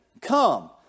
Come